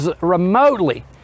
remotely